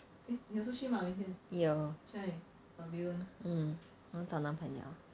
有嗯我要找男朋友